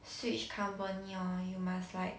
switch company orh you must like